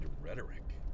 rhetoric